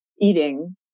eating